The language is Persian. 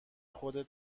خودت